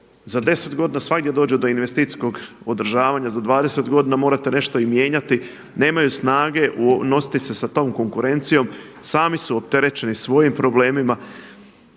za 10 godina svagdje dođe do investicijskog održavanja, za 20 godina morate nešto i mijenjati, nemaju snage nositi se sa tom konkurencijom, sami su opterećeni svojim problemima.